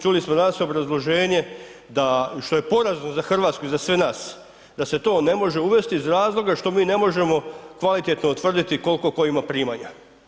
Čuli smo danas obrazloženje da što je porazno za Hrvatsku i za sve nas da se to ne može uvesti iz razloga što mi ne možemo kvalitetno utvrditi koliko tko ima primanja.